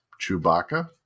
Chewbacca